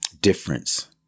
difference